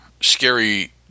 scary